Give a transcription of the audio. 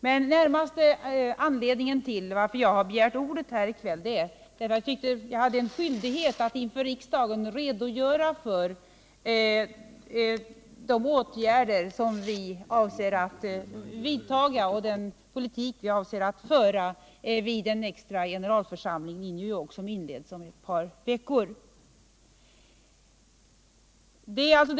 Den närmaste anledningen till att jag har begärt ordet i k väll är att jag tyckte att jag hade en skyldighet att inför riksdagen redogöra för de åtgärder som vi avser att vidtaga och för den politik som vi avser att föra vid den extra generalförsamling som inleds i New York om ett par veckor.